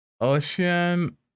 Ocean